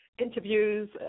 interviews